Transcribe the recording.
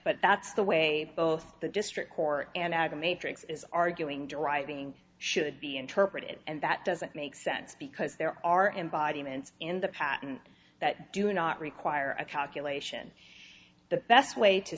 but that's the way both the district court and ag a matrix is arguing driving should be interpreted and that doesn't make sense because there are embodiments in the patent that do not require a calculation the best way to